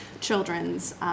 children's